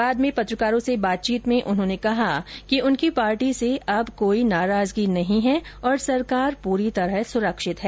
बादमें पत्रकारों से बातचीत में उन्होंने कहा कि उनकी पार्टी से अब कोई नाराजगी नहीं है और सरकार पूरी तरह सुरक्षित है